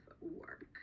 work